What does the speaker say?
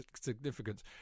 significance